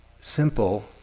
simple